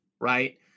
right